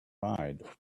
ride